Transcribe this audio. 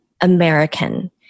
American